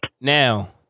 Now